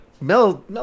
Mel